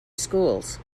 schools